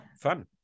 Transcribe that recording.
fun